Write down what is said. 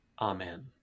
Amen